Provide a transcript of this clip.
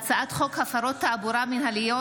הצעת חוק הפרות תעבורה מינהליות,